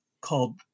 called